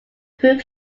proof